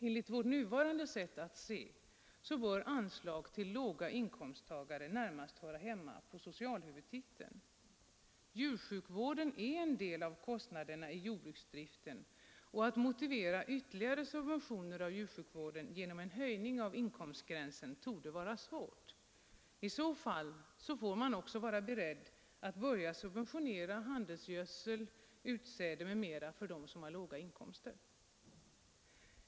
Enligt vårt nuvarande sätt att se bör anslag till låginkomsttagare närmast höra hemma på socialhuvudtiteln. Djursjukvården är en del av kostnaderna i jordbruksdriften, och att motivera ytterligare subventioner av djursjukvården genom en höjning av inkomstgränsen torde vara svårt. I så fall får man också vara beredd att börja subventionera handelsgödsel, utsäde m.m. för dem som har låga inkomster.